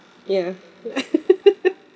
ya